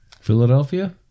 Philadelphia